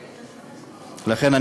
לכן,